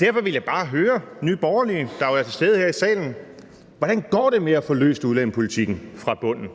Derfor vil jeg bare høre Nye Borgerlige, der jo er til stede her i salen: Hvordan går det med at få løst udlændingepolitikken fra bunden?